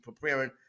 preparing